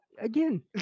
Again